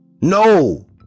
No